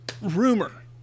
rumor